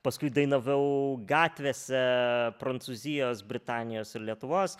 paskui dainavau gatvėse prancūzijos britanijos ir lietuvos